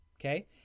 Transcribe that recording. okay